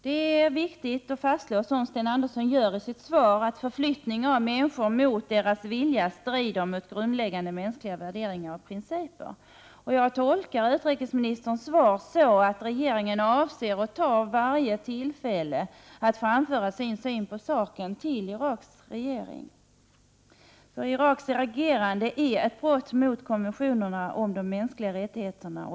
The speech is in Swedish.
Det är viktigt att fastslå, som Sten Andersson gör i sitt svar, att förflyttning av människor mot deras vilja strider mot grundläggande mänskliga värde ringar och principer. Jag tolkar utrikesministerns svar så, att regeringen avser att ta varje tillfälle att framföra sin syn på saken till Iraks regering. Iraks agerande är ett brott mot konventionerna om de mänskliga rättigheterna.